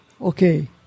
okay